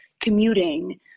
commuting